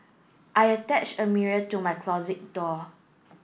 I attached a mirror to my closet door